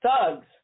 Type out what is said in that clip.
thugs